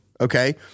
Okay